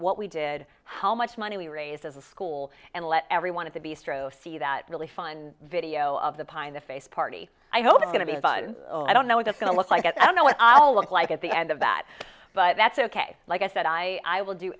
what we did how much money we raised as a school and let everyone to be stroked see that really fun video of the pie in the face party i hope i'm going to be i don't know what that's going to look like i don't know what i'll look like at the end of that but that's ok like i said i i will do